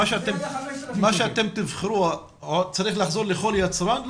מה שאתם תבחרו עוד צריך לחזור לכל יצרן?